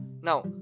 Now